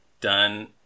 done